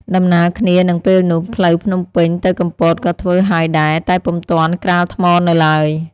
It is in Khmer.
ដំណាលគ្នានឹងពេលនោះ ផ្លូវភ្នំពេញ ទៅកំពតក៏ធ្វើហើយដែរ តែពុំទាន់ក្រាលថ្មនៅឡើយ ។